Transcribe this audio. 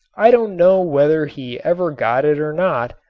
i don't know whether he ever got it or not,